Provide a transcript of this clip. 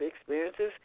experiences